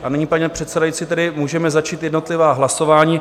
A nyní, pane předsedající, můžeme začít jednotlivá hlasování.